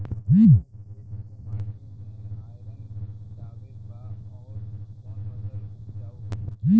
हमरा खेत के माटी मे आयरन जादे बा आउर कौन फसल उपजाऊ होइ?